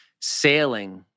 sailing